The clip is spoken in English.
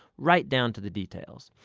right down to the details.